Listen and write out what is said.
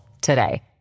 today